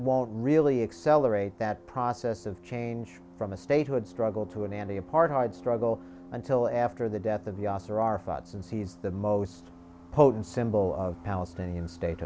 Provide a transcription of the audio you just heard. won't really accelerate that process of change from a statehood struggle to an anti apartheid struggle until after the death of yasser arafat's and seize the most potent symbol of palestinian state